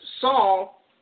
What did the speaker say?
Saul